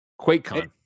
QuakeCon